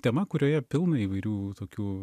tema kurioje pilna įvairių tokių